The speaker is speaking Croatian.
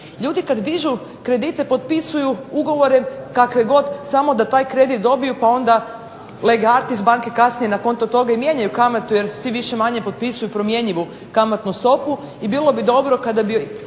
Ljudi kada dižu kredite potpisuju ugovore kakve god samo da taj kredit dobiju pa onda lege artis kasnije na konto toga mijenjaju kamatu jer svi manje više potpisuju promjenjivu kamatnu stopu i bilo bi dobro ako nigdje